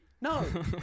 No